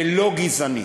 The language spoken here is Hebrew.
ולא גזענית.